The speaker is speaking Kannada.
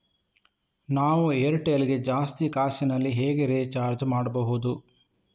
ನಾವು ಏರ್ಟೆಲ್ ಗೆ ಜಾಸ್ತಿ ಕಾಸಿನಲಿ ಹೇಗೆ ರಿಚಾರ್ಜ್ ಮಾಡ್ಬಾಹುದು?